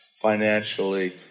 financially